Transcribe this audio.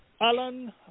Alan